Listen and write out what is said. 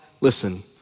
listen